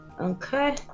Okay